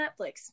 netflix